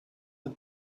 the